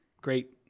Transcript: Great